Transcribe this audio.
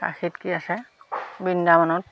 কাশীত কি আছে বৃন্দাবনত